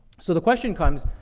so the question comes,